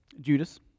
Judas